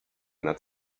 nad